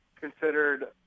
considered